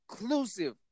inclusive